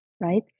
right